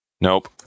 Nope